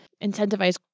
incentivize